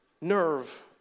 nerve